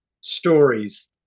stories